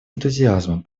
энтузиазмом